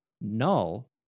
Null